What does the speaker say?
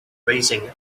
raising